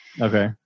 Okay